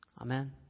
Amen